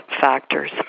factors